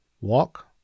Walk